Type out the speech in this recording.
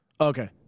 Okay